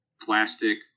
plastic